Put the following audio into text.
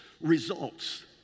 results